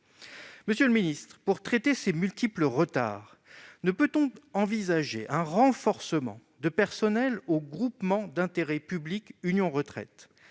Monsieur le secrétaire d'État, pour traiter ces multiples retards, ne peut-on envisager un renforcement de personnels au groupement d'intérêt public Union Retraite